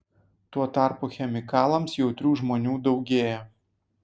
tuo tarpu chemikalams jautrių žmonių daugėja